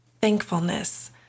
thankfulness